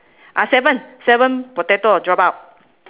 ah seven seven potato drop out